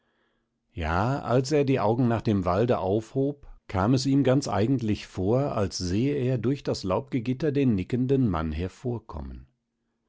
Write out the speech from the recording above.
ja als er die augen nach dem walde aufhob kam es ihm ganz eigentlich vor als sehe er durch das laubgegitter den nickenden mann hervorkommen